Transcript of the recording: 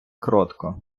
кротко